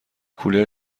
کولر